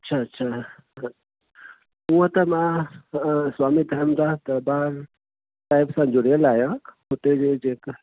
अछा अछा हूअं त मां स्वामी धर्म दास दरबार साहिब सा जुड़ियलु आहियां हुते जे जेका